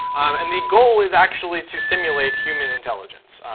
and the goal is actually to simulate human intelligence.